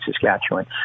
Saskatchewan